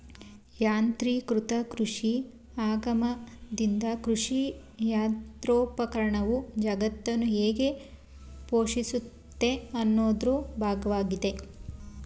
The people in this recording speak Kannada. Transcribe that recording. ಯಾಂತ್ರೀಕೃತ ಕೃಷಿ ಆಗಮನ್ದಿಂದ ಕೃಷಿಯಂತ್ರೋಪಕರಣವು ಜಗತ್ತನ್ನು ಹೇಗೆ ಪೋಷಿಸುತ್ತೆ ಅನ್ನೋದ್ರ ಭಾಗ್ವಾಗಿದೆ